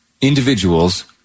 individuals